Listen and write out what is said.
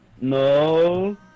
No